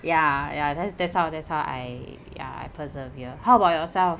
ya ya that's that's how that's how I ya I persevere how about yourself